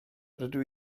rydw